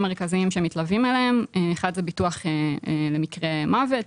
מרכזיים שמתלווים אליהם: אחד זה ביטוח למקרה מוות,